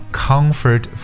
comfort